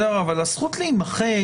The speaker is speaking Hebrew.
אבל הזכות להימחק